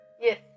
Yes